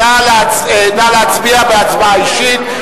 נא להצביע בהצבעה אישית,